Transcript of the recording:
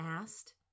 asked